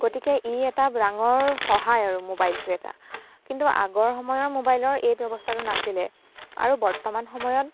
গতিকে ই এটা ডাঙৰ সহায় আৰু মোবাইলটো এটা কিন্তু আগৰ সময়ৰ মোবাইলৰ এই ব্যৱস্থাটো নাছিলে আৰু বৰ্তমান সময়ত